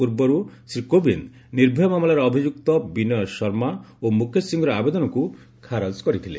ପୂର୍ବରୁ ଶ୍ରୀ କୋବିନ୍ଦ ନିର୍ଭୟା ମାମଲାରେ ଅଭିଯୁକ୍ତ ବିନୟ ଶର୍ମା ଓ ମୁକେଶ ସିଂର ଆବେଦନକୁ ଖାରଜ କରିଥିଲେ